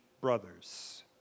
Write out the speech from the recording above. brothers